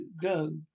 go